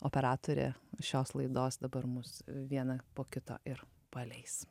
operatorė šios laidos dabar mus vieną po kito ir paleis